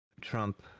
Trump